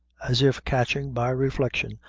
as if catching, by reflection,